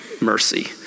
mercy